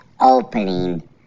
opening